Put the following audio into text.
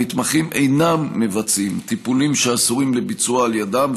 המתמחים אינם מבצעים טיפולים שאסורים לביצוע על ידם,